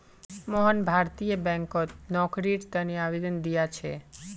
मोहन भारतीय बैंकत नौकरीर तने आवेदन दिया छे